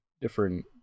different